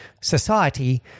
society